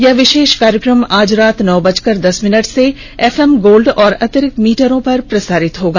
यह विशेष कार्यक्रम आज रात नौ बजकर दस मिनट से एफएम गोल्ड और अतिरिक्त मीटरों पर प्रसारित होगा